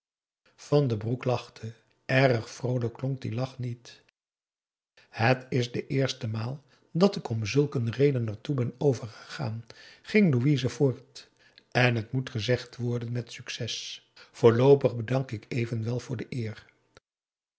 van den broek lachte erg vroolijk klonk die lach niet het is de eerste maal dat ik om zulk een reden ertoe ben overgegaan ging louise voort en het moet gezegd worden met succes voorloopig bedank ik evenwel voor de eer